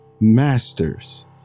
Masters